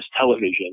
television